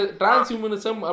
transhumanism